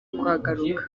kuhagaruka